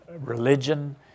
religion